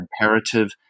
imperative